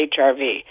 HRV